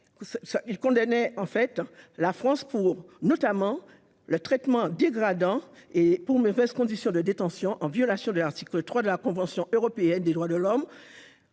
2020 condamnant la France pour des traitements dégradants et de mauvaises conditions de détention, en violation de l'article 3 de la Convention européenne des droits de l'homme,